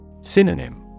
Synonym